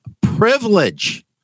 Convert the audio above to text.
Privilege